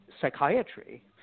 psychiatry